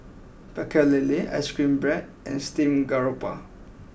Pecel Lele Ice Cream Bread and Steamed Garoupa